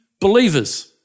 believers